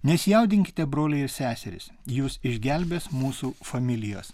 nesijaudinkite broliai seserys jus išgelbės mūsų familijos